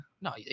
No